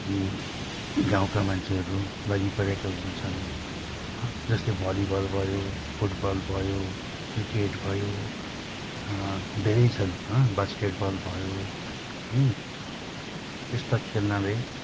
गाउँका मान्छेहरू लागिपरेका हुन्छन् जस्तै भलिबल भयो फुटबल भयो क्रिकेट भयो धेरै छन् बास्केटबल भयो यस्ता खेल्नाले